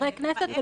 חברי כנסת,